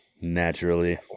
naturally